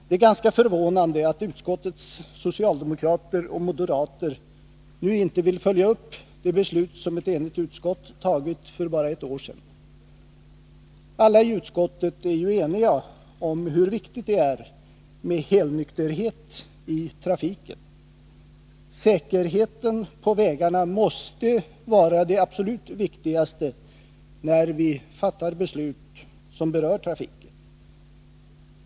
Det är ganska förvånande att socialdemokraterna och moderaterna i utskottet nu inte vill följa upp det beslut som ett enigt utskott fattat för bara ett år sedan. Alla i utskottet är ju eniga om hur viktigt det är med helnykterhet i trafiken. Säkerheten på vägarna måste vara det absolut viktigaste när vi fattar beslut som berör trafiken.